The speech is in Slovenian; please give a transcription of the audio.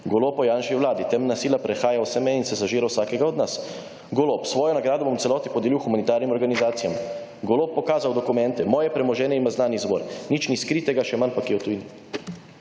Golob o Janševi vladi: Temna sila prehaja se meje in se zažira v vsakega od nas, Golob: Svojo nagrado bom v celoti podelil humanitarnim organizacijam, Golob pokazal dokumente: Moje premoženje ima znan izvor, nič ni skritega, še manj pa kje